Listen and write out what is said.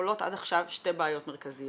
עולות עד עכשיו שתי בעיות מרכזיות,